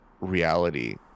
reality